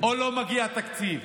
או לא מגיע תקציב.